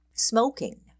smoking